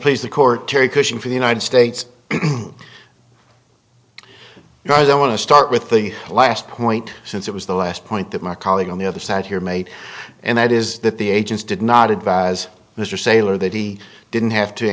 please the court terry cushion for the united states and i want to start with the last point since it was the last point that my colleague on the other side here made and that is that the agents did not advise mr saylor that he didn't have to